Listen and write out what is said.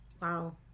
Wow